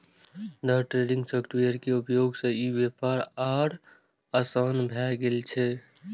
day trading software के उपयोग सं ई व्यापार आर आसान भए गेल छै